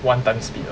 one time speed ah